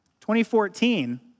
2014